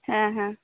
ᱦᱮᱸ ᱦᱮᱸ